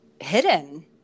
hidden